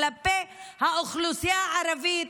כלפי האוכלוסייה הערבית,